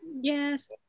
Yes